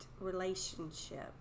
relationship